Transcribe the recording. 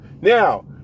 Now